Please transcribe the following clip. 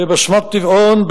בבסמת-טבעון,